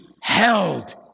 held